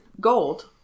gold